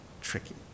tricky